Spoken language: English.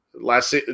last